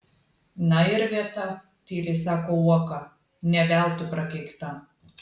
na ir vieta tyliai sako uoka ne veltui prakeikta